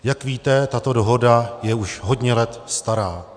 Jak vidíte, tato dohoda je už hodně let stará.